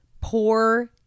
Poor